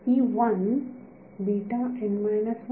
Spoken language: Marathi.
विद्यार्थी